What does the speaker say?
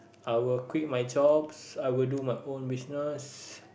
I will quit my job I will do my own business